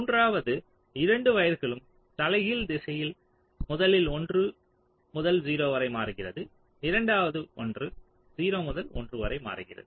மூன்றாவது இரண்டு வயர்களும் தலைகீழ் திசையில் முதலில் ஒன்று 1 முதல் 0 வரை மாறுகிறது இரண்டாவது ஒன்று 0 முதல் 1 வரை மாறுகிறது